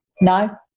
no